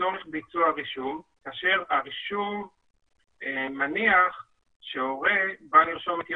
- לצורך ביצוע הרישום כאשר הרישום מניח שהורה בא לרשום את ילדו,